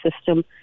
system